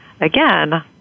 again